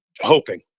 hoping